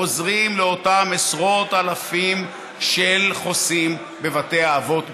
עוזרים לאותם עשרות אלפים של חוסים בבתי האבות בישראל.